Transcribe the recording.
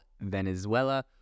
Venezuela